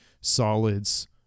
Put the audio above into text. solids